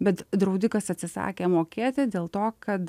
bet draudikas atsisakė mokėti dėl to kad